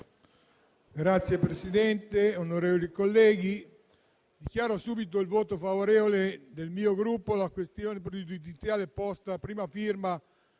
Signora Presidente, onorevoli colleghi, dichiaro subito il voto favorevole del mio Gruppo alla questione pregiudiziale QP1, a prima firma